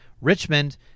Richmond